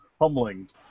humbling